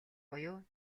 буюу